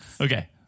Okay